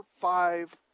five